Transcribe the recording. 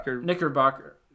Knickerbocker